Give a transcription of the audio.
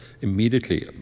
immediately